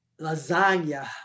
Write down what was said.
lasagna